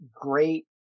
great